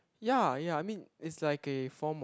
ya ya I mean it's like a form of